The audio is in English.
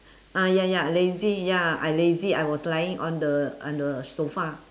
ah ya ya lazy ya I lazy I was lying on the on the sofa